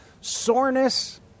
Soreness